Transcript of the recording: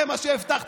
זה מה שהבטחת,